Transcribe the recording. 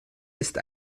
ist